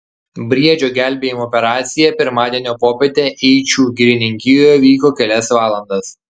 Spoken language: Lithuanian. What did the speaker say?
briedžio gelbėjimo operacija pirmadienio popietę eičių girininkijoje vyko kelias valandas